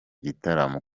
gitaramo